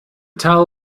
towel